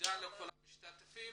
תודה לכל המשתתפים